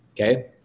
okay